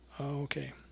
Okay